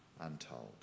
untold